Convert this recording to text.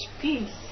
peace